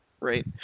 Right